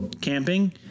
camping